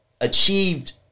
achieved